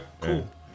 Cool